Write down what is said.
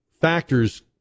factors